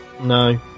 No